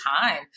time